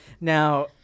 Now